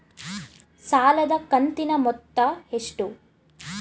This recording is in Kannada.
ಸಾಲದ ಕಂತಿನ ಮೊತ್ತ ಎಷ್ಟು?